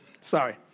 sorry